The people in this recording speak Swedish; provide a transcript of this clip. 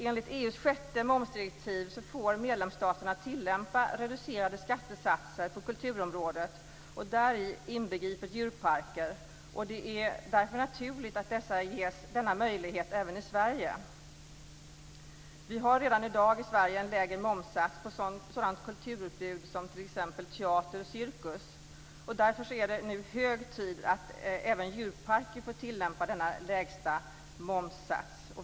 Enligt EU:s sjätte momsdirektiv får medlemsstaterna tillämpa reducerade skattesatser på kulturområdet - och däri inbegrips djurparker. Det är därför naturligt att de ges denna möjlighet även i Det finns redan i dag i Sverige en lägre momssats på sådant kulturutbud som t.ex. teater och cirkus. Därför är det nu hög tid att även djurparker får tilllämpa denna lägsta momssats.